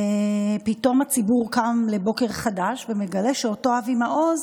פתאום הציבור קם לבוקר חדש ומגלה שאותו אבי מעוז